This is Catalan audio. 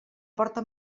porta